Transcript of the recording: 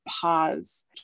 pause